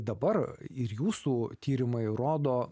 dabar ir jūsų tyrimai rodo